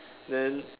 then